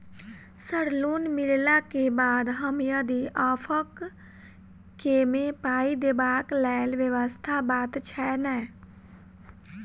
Sir loan मिलला केँ बाद हम यदि ऑफक केँ मे पाई देबाक लैल व्यवस्था बात छैय नै?